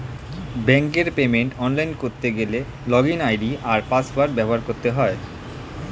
ব্যাঙ্কের পেমেন্ট অনলাইনে করতে গেলে লগইন আই.ডি আর পাসওয়ার্ড ব্যবহার করতে হয়